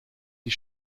die